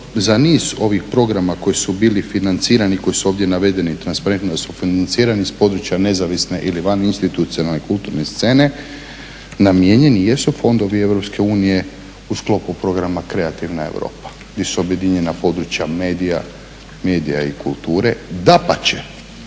za niz ovih programa koji su bili financirani koji su ovdje navedeni transparentno da su financirani s područja nezavisne ili vaninstitucionalne kulturne scene namijenjeni jesu fondovi EU u sklopu programa Kreativna Europa gdje su objedinjena područja medija i kulture. Dapače,